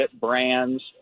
brands